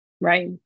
right